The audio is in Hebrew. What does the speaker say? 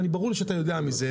וברור לי שאתה יודע מזה,